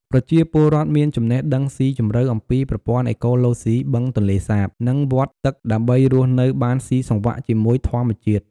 ប្រជាពលរដ្ឋមានចំណេះដឹងស៊ីជម្រៅអំពីប្រព័ន្ធអេកូឡូស៊ីបឹងទន្លេសាប និងវដ្តទឹក ដើម្បីរស់នៅបានស៊ីសង្វាក់ជាមួយធម្មជាតិ។